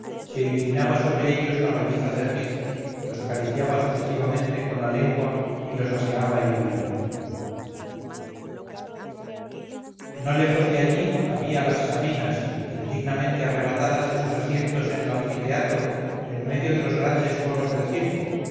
que inclinada sobre ellos la rolliza cerviz los acariciaba sucesivamente con la lengua y los aseaba y pulía no lejos de allí había las sabinas indignamente arrebatadas de sus asientos en el anfiteatro en medio de los grandes juegos del circo